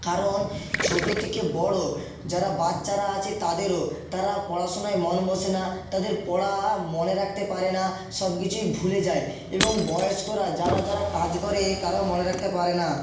কারণ ছোটো থেকে বড়ো যারা বাচ্চারা আছে তাদেরও তারা পড়াশোনায় মন বসে না তাদের পড়া মনে রাখতে পারে না সব কিছুই ভুলে যায় এবং বয়স্করা যারা যারা কাজ করে তারাও মনে রাকতে পারে না